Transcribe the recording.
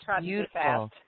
beautiful